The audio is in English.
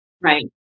Right